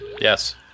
Yes